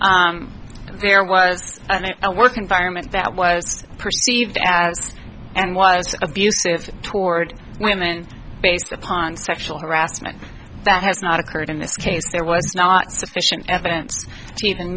tactically there was a work environment that was perceived as and was abusive toward women based upon sexual harassment that has not occurred in this case there was not sufficient evidence to even